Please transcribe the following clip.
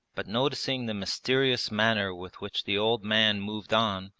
but noticing the mysterious manner with which the old man moved on,